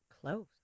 Close